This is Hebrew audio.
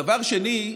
דבר שני,